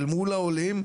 אל מול העולים,